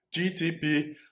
GTP